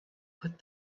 put